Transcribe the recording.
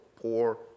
poor